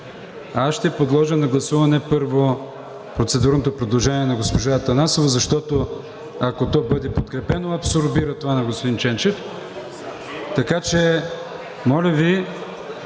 Аз ще подложа на гласуване първо процедурното предложение на госпожа Атанасова, защото, ако то бъде подкрепено, абсорбира това на господин Ченчев. Така че, моля Ви,